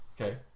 Okay